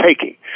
taking